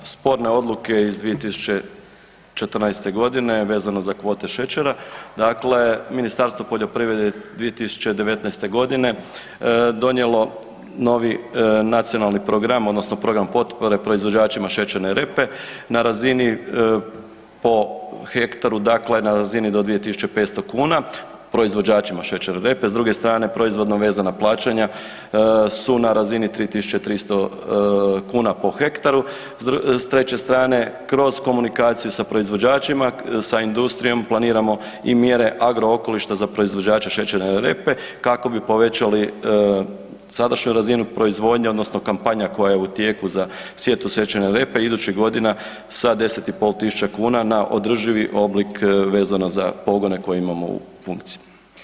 Ne ulazeći na sporne odluke iz 2014.g. vezano za kvote šećera dakle Ministarstvo poljoprivrede je 2019.g. donijelo novi Nacionalni program odnosno program potpore proizvođačima šećerne repe na razini po hektaru dakle na razini do 2.500 kuna proizvođačima šećerne repe, s druge strane proizvodno vezana plaćanja su na razini 3.300 kuna po hektaru, s treće strane kroz komunikaciju sa proizvođačima sa industrijom planiramo i mjere agrookolišta za proizvođače šećerne repe kako bi povećali sadašnju razinu proizvodnje odnosno kampanja koja je u tijeku za sjetvu šećerne repe idućih godina sa 10.500 kuna na održivi oblik vezano za pogone koje imamo u funkciji.